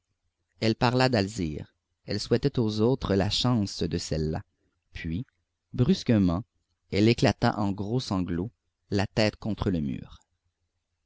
elle parla d'alzire elle souhaitait aux autres la chance de celle-là puis brusquement elle éclata en gros sanglots la tête contre le mur